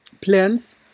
plans